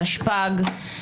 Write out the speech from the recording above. תשפ"ג.